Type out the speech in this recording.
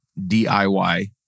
DIY